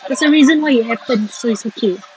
there's a reason why it happened so it's okay